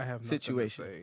situation